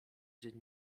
dzień